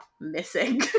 missing